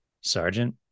Sergeant